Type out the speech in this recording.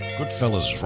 Goodfellas